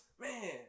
Man